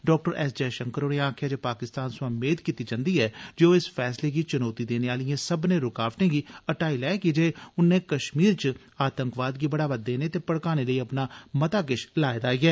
डॉ S Jaishankar होरें आक्खेआ जे पाकिस्तान सवां मेद कीती जन्दी जे ओह् इस फैसले गी चुनोती देने आलिए सब्मनें रूकावटे गी हटाई लै कीजे उन्नै कश्मीर च आतंकवाद गी बढ़ावा देने ते भड़काने लेई अपना मता किश लाए दा ऐ